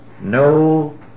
no